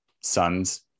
sons